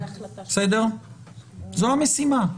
זו המשימה.